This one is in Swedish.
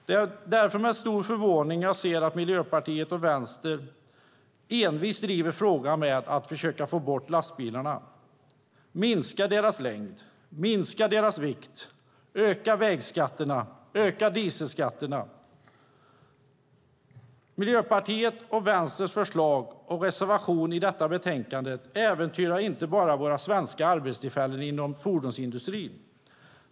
Det är med stor förvåning jag ser att Miljöpartiet och Vänstern envist driver frågan om att få bort lastbilarna, minska deras längd och vikt, öka vägskatterna och dieselskatterna. Miljöpartiets och Vänsterns förslag och reservation i betänkandet äventyrar inte bara våra svenska arbetstillfällen inom fordonsindustrin.